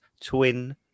twin